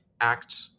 act